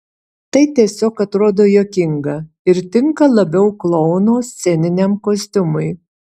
tai tiesiog atrodo juokinga ir tinka labiau klouno sceniniam kostiumui